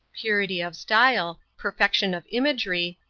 purity of style, perfection of imagery,